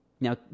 now